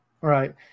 right